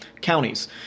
counties